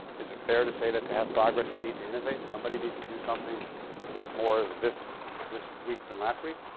is it fair to say that to have progress we need to innovate? somebody needs to do something more this this week than last week?